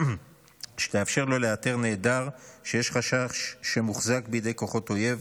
שתאפשר לו לאתר נעדר שיש חשש שמוחזק בידי כוחות אויב